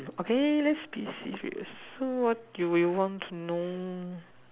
okay lets be serious so what do you want to know